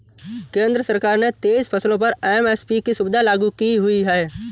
केंद्र सरकार ने तेईस फसलों पर एम.एस.पी की सुविधा लागू की हुई है